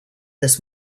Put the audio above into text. this